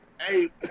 Hey